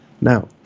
Now